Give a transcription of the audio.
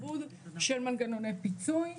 ריבוי של מנגנוני פיצוי במדינה.